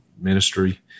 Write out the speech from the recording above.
ministry